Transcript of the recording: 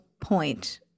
point